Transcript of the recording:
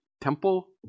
temple